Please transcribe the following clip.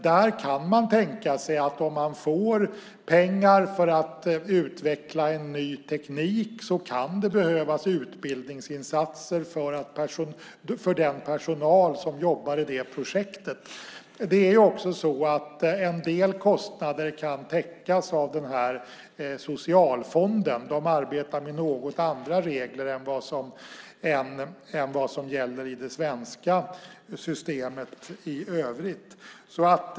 Där kan man tänka sig att om man får pengar för att utveckla ny teknik kan det behövas utbildningsinsatser för den personal som jobbar i det projektet. En del kostnader kan också täckas av Socialfonden; de arbetar dock med lite andra regler än vad som gäller i det svenska systemet i övrigt.